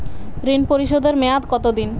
ঋণ পরিশোধের মেয়াদ কত দিন?